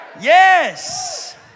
Yes